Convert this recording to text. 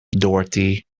dorothy